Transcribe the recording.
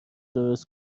درست